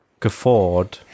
Gafford